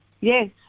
Yes